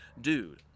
dude